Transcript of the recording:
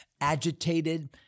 agitated